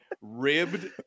ribbed